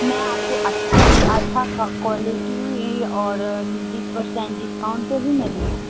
मैं आपको अच्छे अच्छा क्वालिटी और बीस परसेंट डिस्काउंट पर भी मैं दूँगी